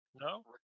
No